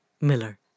Miller